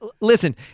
listen